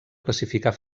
classificar